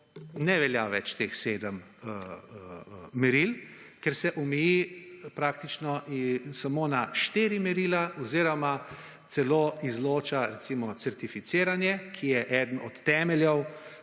ne velja več teh 7 meril, ker se omeji praktično samo na 4 merila oziroma celo izloča recimo certificiranje, ki je eden od temeljev,